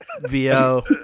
VO